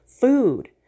food